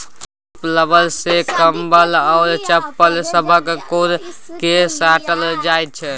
crepe rubber सँ कंबल आ चप्पल सभक कोर केँ साटल जाइ छै